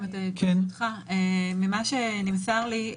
ממה שנמסר לי,